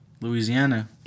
Louisiana